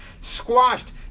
squashed